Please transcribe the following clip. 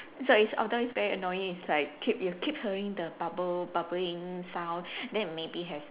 so it's although it's very annoying it's like keep you keep hearing the bubble bubbling sound then maybe it has